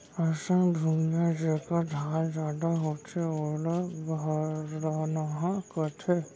अइसन भुइयां जेकर ढाल जादा होथे ओला गरनहॉं कथें